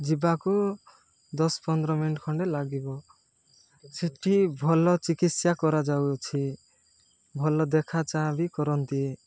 ଯିବାକୁ ଦଶ ପନ୍ଦର ମିନିଟ ଖଣ୍ଡେ ଲାଗିବ ସେଠି ଭଲ ଚିକିତ୍ସା କରାଯାଉଅଛି ଭଲ ଦେଖା ଚାହାଁ ବି କରନ୍ତି